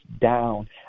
down